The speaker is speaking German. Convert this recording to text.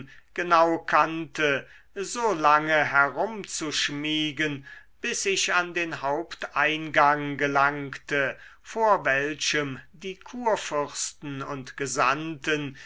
genau kannte so lange herumzuschmiegen bis ich an den haupteingang gelangte vor welchem die kurfürsten und gesandten